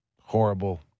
Horrible